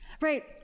Right